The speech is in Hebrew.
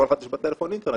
לכל אחד יש בטלפון אינטרנט.